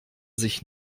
sich